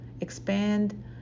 Expand